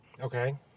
Okay